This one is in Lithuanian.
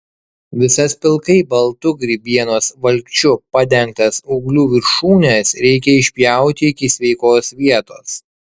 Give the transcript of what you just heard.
visas pilkai baltu grybienos valkčiu padengtas ūglių viršūnes reikia išpjauti iki sveikos vietos